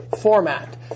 format